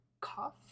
cough